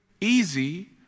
easy